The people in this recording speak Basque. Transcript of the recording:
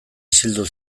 isildu